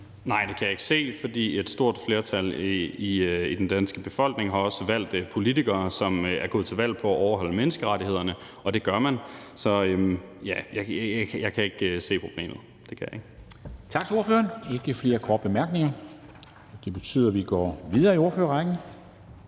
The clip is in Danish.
Nej, det kan jeg ikke se, for et stort flertal i den danske befolkning har også valgt politikere, som er gået til valg på at overholde menneskerettighederne – og det gør man. Jeg kan ikke se problemet, det kan jeg ikke. Kl. 14:07 Formanden (Henrik Dam Kristensen): Tak til ordføreren. Der er ikke flere korte bemærkninger. Det betyder, at vi går videre i ordførerrækken.